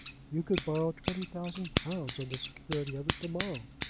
you could borrow twenty thousand pounds on the security of it to-morrow.